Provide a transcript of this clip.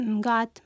God